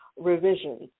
revisions